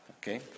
Okay